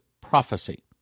PROPHECY